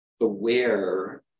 aware